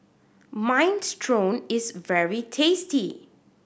minestrone is very tasty